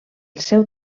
seu